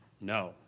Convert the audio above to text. No